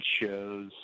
shows